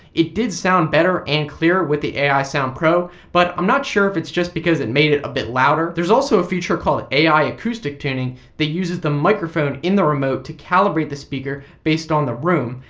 it did sound better and clearer with the ai sound pro, but i'm not sure if it's just because it made it a bit louder. there's also a feature called ai acoustic tuning that uses the microphone in the remote to calibrate the speaker based on the room,